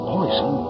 Poison